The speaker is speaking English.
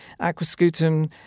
Aquascutum